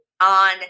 on